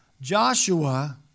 Joshua